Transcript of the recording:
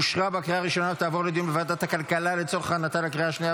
לוועדת הכלכלה נתקבלה.